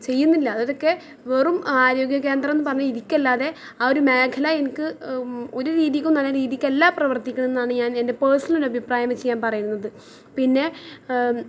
ചെയ്യുന്നില്ല ഇതൊക്കെ വെറും ആരോഗ്യകേന്ദ്രമെന്ന് പറഞ്ഞ് ഇരിക്കുകയല്ലാതെ ആ ഒര് മേഘല എനിക്ക് ഒര് രീതിക്കും നല്ല രീതിക്കല്ല പ്രവർത്തിക്കുന്നതെന്നാണ് ഞാൻ എൻ്റെ പേഴ്സണൽ അഭിപ്രായം വെച്ച് ഞാൻ പറയുന്നത് പിന്നെ